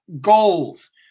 goals